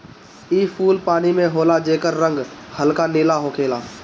इ फूल पानी में होला जेकर रंग हल्का नीला होखेला